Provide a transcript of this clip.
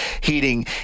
Heating